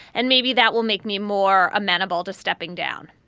and maybe that will make me more amenable to stepping down